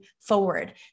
forward